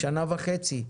לשנה וחצי,